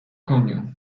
koniu